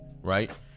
right